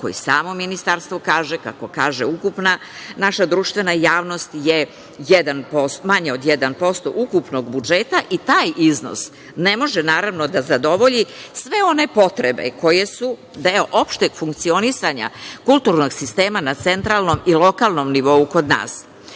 kako i samo Ministarstvo kaže, kako kaže ukupna naša društvena javnost, je manje od jedan posto ukupnog budžeta i taj iznos ne može da zadovolji sve one potrebe koje su deo opšteg funkcionisanja kulturnog sistema na centralnom i lokalnom nivou kod nas.